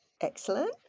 Excellent